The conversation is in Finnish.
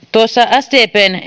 sdpn